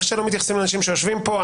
לא מתייחסים לאנשים שיושבים פה.